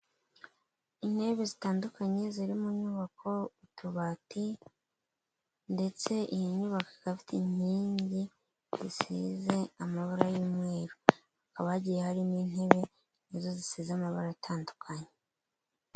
Intebe zitandukanye ziri mu nyubako utubati ndetse iyi nyubako ikaba ifite inkingi zisize amabara y'umweru hakaba hagiye harimo intebe nazo zisize amabara atandukanye.